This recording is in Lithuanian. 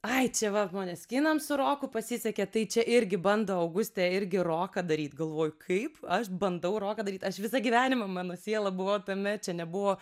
ai čia va moneskinam su roku pasisekė tai čia irgi bando augustė irgi roką daryt galvoju kaip aš bandau roką daryt aš visą gyvenimą mano siela buvo tame čia nebuvo